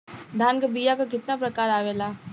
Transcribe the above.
धान क बीया क कितना प्रकार आवेला?